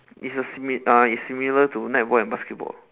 it's a simi~ uh it's similar to netball and basketball